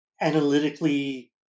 analytically